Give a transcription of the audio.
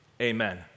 Amen